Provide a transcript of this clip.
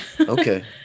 Okay